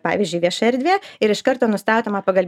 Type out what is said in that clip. pavyzdžiui vieša erdvė ir iš karto nustatoma pagal